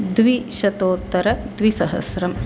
द्विशतोत्तरद्विसहस्रम्